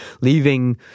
leaving